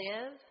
live